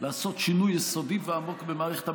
לעשות שינוי יסודי ועמוק במערכת המשפט.